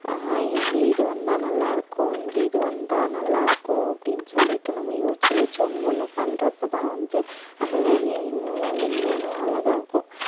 இங்கே இது வந்தால் நல்லாயிருக்கும் இங்கே இது வந்தால் நல்லாயிருக்கும் அப்படின்னு சொல்லிட்டு நம்ம யோசித்து யோசித்து ஒவ்வொன்றும் பண்ணுறப்ப தான் வந்து அந்த ஓவியம் இன்னுமுமே மென்மேலும் அழகாகும்